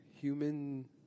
human